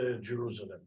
Jerusalem